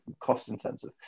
cost-intensive